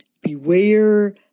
Beware